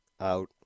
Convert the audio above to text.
out